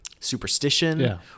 superstition